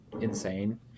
insane